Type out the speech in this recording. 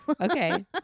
Okay